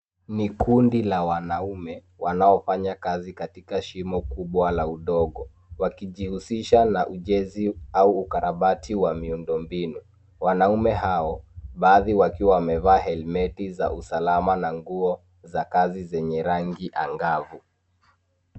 Ni kundi la wanaume wanaofanya kazi katika shimo kubwa la udongo wakijihusisha na ujenzi au ukarabati wa miundo mbinu. Wanaume hao, baadhi wakiwa wamevaa helmeti za usalama na nguo za kazi zenye rangi angavu.